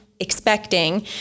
expecting